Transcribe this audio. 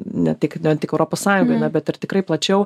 ne tik ne tik europos sąjungoj na bet ir tikrai plačiau